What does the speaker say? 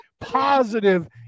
positive